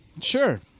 sure